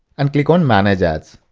and click on manage ads.